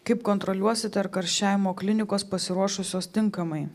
kaip kontroliuosite ar karščiavimo klinikos pasiruošusios tinkamai